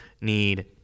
need